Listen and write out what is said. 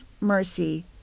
mercy